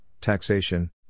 taxation